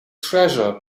treasure